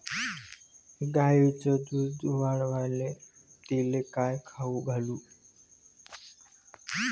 गायीचं दुध वाढवायले तिले काय खाऊ घालू?